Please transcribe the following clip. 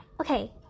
okay